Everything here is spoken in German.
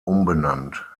umbenannt